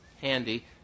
handy